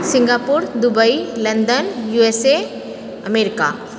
Singapore Dubai London U S A America